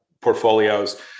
portfolios